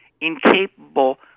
incapable